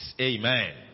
Amen